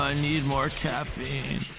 ah need more caffeine